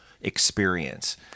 experience